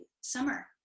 summer